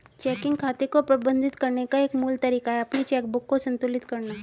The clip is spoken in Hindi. चेकिंग खाते को प्रबंधित करने का एक मूल तरीका है अपनी चेकबुक को संतुलित करना